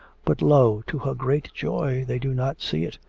but lo! to her great joy they do not see it,